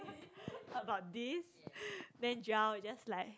about this then Joel just like